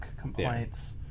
complaints